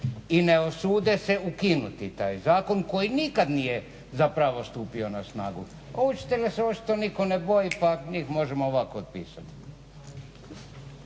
i ne usude se ukinuti taj zakon koji nikad nije zapravo stupio na snagu, a učitelja se očito nitko ne boji pa njih možemo lako otpisati.